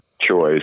choice